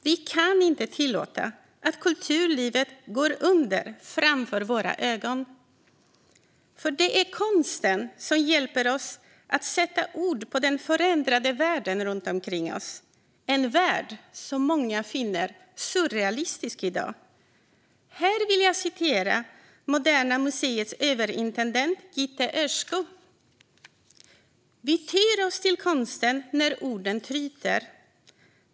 Vi kan inte tillåta att kulturlivet går under framför våra ögon, för det är konsten som hjälper oss att sätta ord på den förändrade världen runt omkring oss - en värld som många finner surrealistisk i dag. Här vill jag citera Moderna museets överintendent Gitte Ørskou: "Vi tyr oss till konsten när orden tryter.